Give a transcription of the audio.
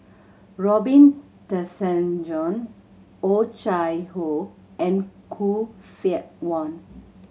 Robin Tessensohn Oh Chai Hoo and Khoo Seok Wan